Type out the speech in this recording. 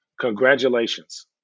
congratulations